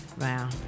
Wow